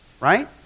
Right